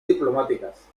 diplomáticas